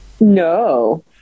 No